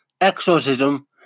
exorcism